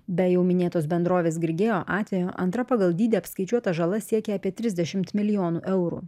be jau minėtos bendrovės grigeo atvejo antra pagal dydį apskaičiuota žala siekia apie trisdešimt milijonų eurų